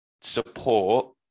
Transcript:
support